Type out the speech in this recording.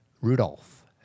rudolph